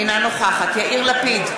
אינה נוכחת יאיר לפיד,